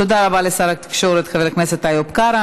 תודה רבה לשר התקשורת חבר הכנסת איוב קרא.